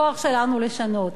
בכוח שלנו לשנות.